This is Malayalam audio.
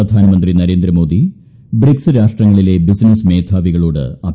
പ്രധാനമന്ത്രി നരേന്ദ്രമോദി ബ്രിക്സ് രാഷ്ട്രങ്ങളിലെ ബിസിനസ് മേധാവികളോട് അഭ്യർത്ഥിച്ചു